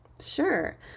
Sure